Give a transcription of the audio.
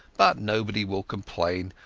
but nobody will complain,